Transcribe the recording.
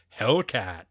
Hellcat